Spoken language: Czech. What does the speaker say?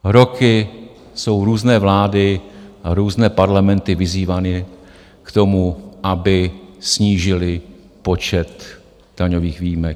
Roky jsou různé vlády a různé Parlamenty vyzývány k tomu, aby snížily počet daňových výjimek.